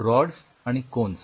rods आणि cons